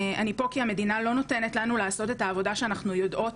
אני פה כי המדינה לא נותנת לנו לעשות את העבודה שאנחנו יודעות,